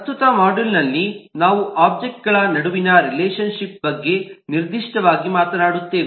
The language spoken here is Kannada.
ಪ್ರಸ್ತುತ ಮಾಡ್ಯೂಲ್ನಲ್ಲಿ ನಾವು ಒಬ್ಜೆಕ್ಟ್ಗಳ ನಡುವಿನ ರಿಲೇಶನ್ ಶಿಪ್ ಬಗ್ಗೆ ನಿರ್ದಿಷ್ಟವಾಗಿ ಮಾತನಾಡುತ್ತೇವೆ